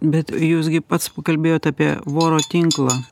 bet jūs gi pats pakalbėjot apie voro tinklą